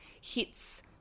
hits